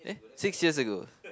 eh six years ago